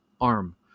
arm